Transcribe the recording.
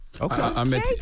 Okay